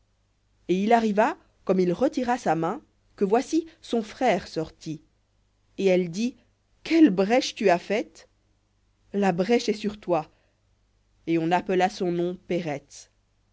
et il arriva comme il retira sa main que voici son frère sortit et elle dit quelle brèche tu as faite la brèche est sur toi et on appela son nom pérets